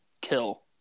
kill